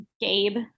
gabe